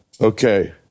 Okay